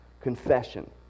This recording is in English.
Confession